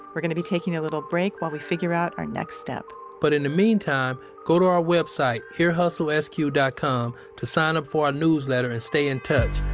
we're gonna be taking a little break while we figure out our next step but in the meantime, go to our website, earhustlesq dot com to sign up for our newsletter and stay in touch.